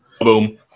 Boom